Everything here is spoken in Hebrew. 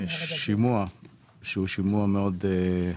פעם לא היה דבר כזה ואסור שיהיה דבר כזה.